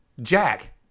Jack